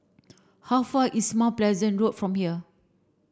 how far is Mount Pleasant Road from here